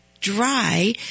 dry